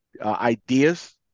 ideas